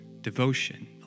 devotion